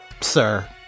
sir